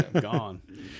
gone